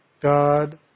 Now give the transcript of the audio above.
God